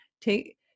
take